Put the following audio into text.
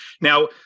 Now